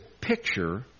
picture